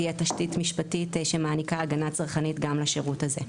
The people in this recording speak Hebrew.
יהיה תשתית משפטית שמעניקה הגנה צרכנית גם לשירות הזה.